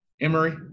Emory